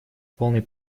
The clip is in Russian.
полной